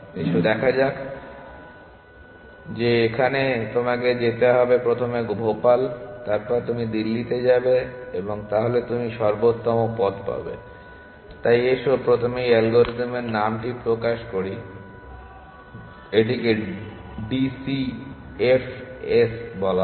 এসো দেখা যাক যে এখানে তোমাকে প্রথমে যেতে হবে ভোপাল তারপরে তুমি দিল্লিতে যাবে এবং তাহলে তুমি সর্বোত্তম পথ পাবে তাই আসুন প্রথমে এই অ্যালগরিদমের নামটি প্রকাশ করি এটিকে ডি সি এফ এস বলা হয়